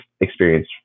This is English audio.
experience